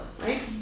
right